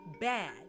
bad